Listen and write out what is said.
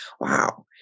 Wow